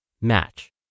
Match